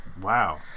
Wow